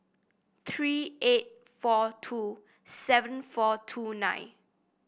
three eight four two seven four two nine